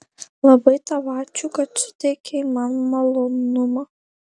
labai tau ačiū kad suteikei man malonumą